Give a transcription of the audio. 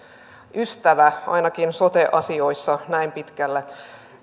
ystävä ainakin sote asioissa näin pitkälti